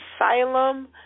asylum